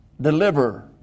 deliver